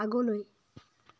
আগলৈ